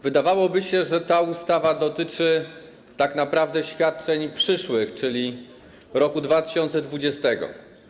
Wydawałoby się, że ta ustawa dotyczy tak naprawdę świadczeń przyszłych, czyli roku 2020.